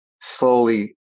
slowly